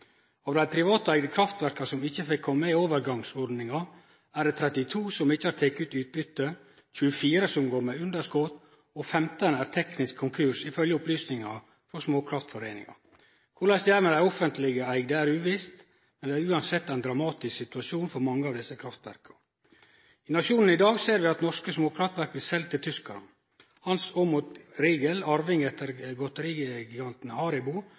Av dei privateigde kraftverka som ikkje fekk kome med i overgangsordninga, er det 32 som ikkje har teke ut utbytte, 24 går med underskot, og 15 er teknisk konkurs, ifølgje opplysningar frå Småkraftforeininga. Korleis det er med dei offentleg eigde, er uvisst, men dette er uansett ein dramatisk situasjon for mange av desse kraftverka. I Nationen i dag ser vi at norske småkraftverk blir selde til tyskarane. Hans-Arndt Riegel, arving etter godterigiganten Haribo, er ein av kjøparane av to småkraftverk i